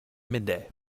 midday